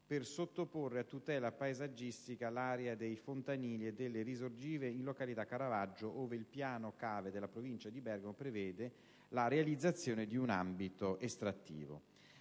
per sottoporre a tutela paesaggistica l'area dei fontanili e delle risorgive in località Caravaggio, ove il piano cave della Provincia di Bergamo prevede la realizzazione di un ambito estrattivo.